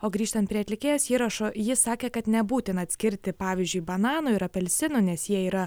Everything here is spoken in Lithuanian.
o grįžtant prie atlikėjos įrašo ji sakė kad nebūtina atskirti pavyzdžiui bananų ir apelsinų nes jie yra